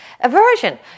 Aversion